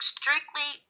strictly